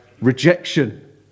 rejection